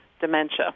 dementia